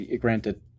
granted